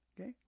okay